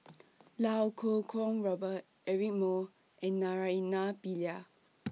Iau Kuo Kwong Robert Eric Moo and Naraina Pillai